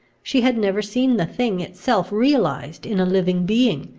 she had never seen the thing itself realised in a living being,